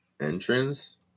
entrance